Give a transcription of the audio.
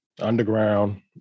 underground